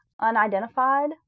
unidentified